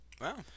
wow